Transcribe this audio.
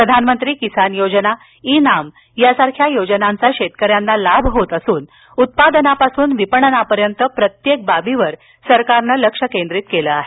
प्रधानमंत्री किसान योजना ई नाम यासारख्या योजनांचा शेतकऱ्यांना लाभ होत असून उत्पादनापासून विपणनापर्यंत प्रत्येक बाबीवर सरकारनं लक्ष केंद्रित केलं आहे